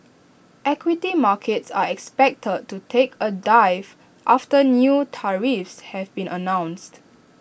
equity markets are expected to take A dive after new tariffs have been announced